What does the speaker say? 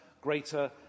greater